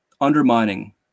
undermining